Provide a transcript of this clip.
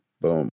Boom